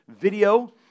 video